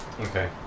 Okay